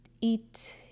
eat